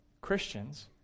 Christians